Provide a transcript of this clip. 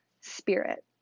spirit